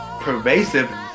pervasive